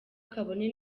kabone